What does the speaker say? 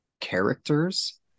characters